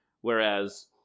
whereas